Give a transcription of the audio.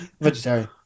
Vegetarian